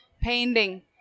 painting